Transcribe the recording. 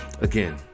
again